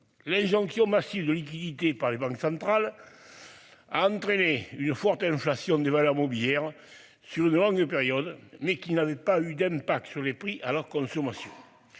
qui ont massives de liquidités par les banques centrales. A entraîné une forte inflation des valeurs mobilières sur une longue période, mais qui n'avait pas eu d'impact sur les prix alors consommation.